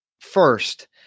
first